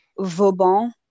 Vauban